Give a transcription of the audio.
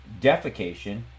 defecation